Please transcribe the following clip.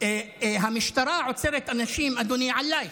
המשטרה עוצרת אנשים, אדוני, על לייק,